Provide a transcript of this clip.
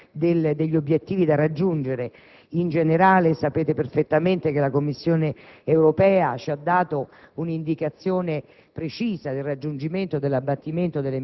produttivi indicando obiettivi da raggiungere (in generale, sapete perfettamente che la Commissione europea ci ha dato l'indicazione